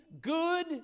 good